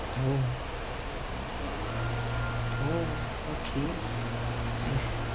oh oh okay I see